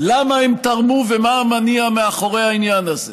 למה הם תרמו ומה המניע מאחורי העניין הזה.